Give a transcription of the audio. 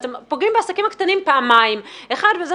אתם פוגעים בעסקים הקטנים פעמיים - פעם ראשונה